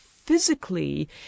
Physically